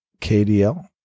KDL